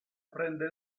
prende